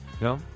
No